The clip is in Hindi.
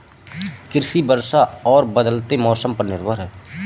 कृषि वर्षा और बदलते मौसम पर निर्भर है